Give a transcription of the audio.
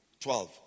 Twelve